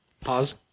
Pause